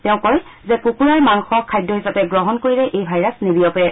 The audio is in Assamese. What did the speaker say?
তেওঁ কয় যে কুকুৰাৰ মাংস খাদ্য হিচাপে গ্ৰহণ কৰিলে এই ভাইৰাছ নিবিয়পে